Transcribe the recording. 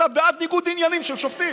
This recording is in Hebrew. שאתה בעד ניגוד עניינים של שופטים.